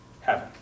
heaven